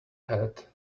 head